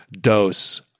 dose